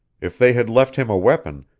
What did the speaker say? if they had left him a weapon,